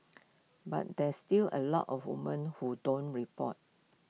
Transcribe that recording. but there's still A lot of woman who don't report